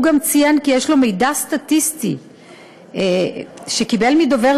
הוא גם ציין כי יש לו מידע סטטיסטי שקיבל מדובר